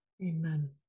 Amen